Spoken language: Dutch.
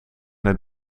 naar